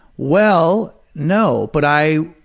well, no, but i,